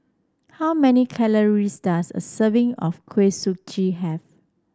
how many calories does a serving of Kuih Suji have